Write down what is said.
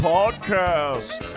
Podcast